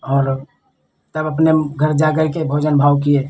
और तब अपने घर जा करके भोजन भाव किए